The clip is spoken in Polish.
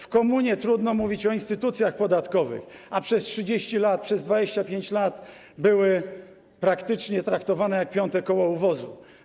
W komunie trudno mówić o instytucjach podatkowych, a przez 30 lat, przez 25 lat były praktycznie traktowane jak piąte koło u wozu.